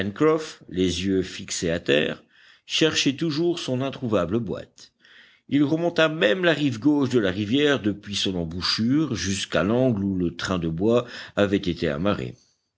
les yeux fixés à terre cherchait toujours son introuvable boîte il remonta même la rive gauche de la rivière depuis son embouchure jusqu'à l'angle où le train de bois avait été amarré